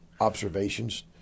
observations